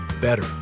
better